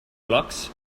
clocks